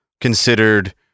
considered